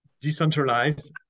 decentralized